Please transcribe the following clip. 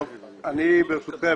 ברשותכם,